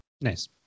Nice